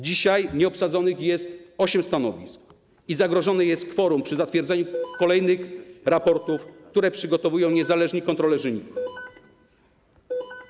Dzisiaj nieobsadzonych jest osiem stanowisk i zagrożone jest kworum przy zatwierdzaniu kolejnych raportów, które przygotowują niezależni kontrolerzy NIK-u.